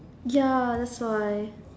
ya that's why